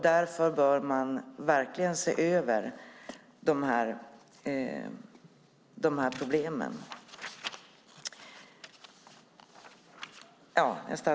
Därför bör man se över de problemen.